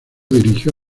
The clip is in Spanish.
dirigió